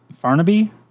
Farnaby